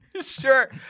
Sure